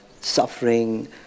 suffering